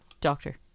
doctor